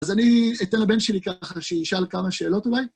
אז אני אתן לבן שלי ככה, שישאל כמה שאלות אולי.